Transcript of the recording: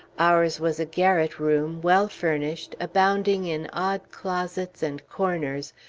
ours was a garret room, well finished, abounding in odd closets and corners,